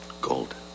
Gold